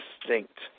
distinct